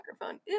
microphone